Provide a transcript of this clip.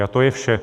A to je vše.